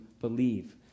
believe